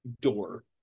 door